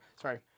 Sorry